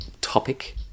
topic